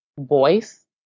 voice